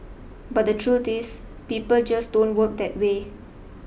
but the truth is people just don't work that way